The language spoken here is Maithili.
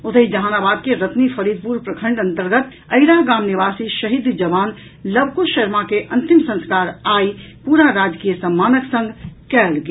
ओतहि जहानाबाद के रतनी फरीदपुर प्रखंड अंतर्गत अईरा गाम निवासी शहीद जवान लवकुश शर्मा के अंतिम संस्कार आइ पूरा राजकीय सम्मानक संग कयल गेल